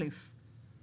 דבר ראשון,